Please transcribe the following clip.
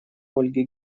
ольге